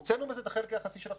הוצאנו מזה את החלק היחסי של החשמל.